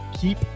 Keep